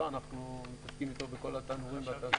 אנחנו מתעסקים איתו בכל התנורים בתעשיות.